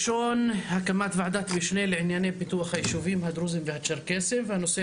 הקמת ועדת משנה לענייני פיתוח היישובים הדרוזים והצ'רקסים ו-התוכנית